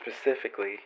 specifically